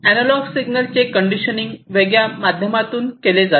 analogue सिग्नलचे conditioning वेगवेगळ्या माध्यमातून केले जाते